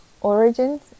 origins